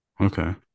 Okay